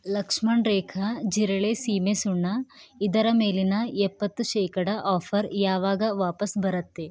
ಲಕ್ಷ್ಮಣ್ ರೇಖಾ ಜಿರಳೆ ಸೀಮೆಸುಣ್ಣ ಇದರ ಮೇಲಿನ ಎಪ್ಪತ್ತು ಶೇಕಡ ಆಫರ್ ಯಾವಾಗ ವಾಪಸ್ ಬರುತ್ತೆ